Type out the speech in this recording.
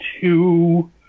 two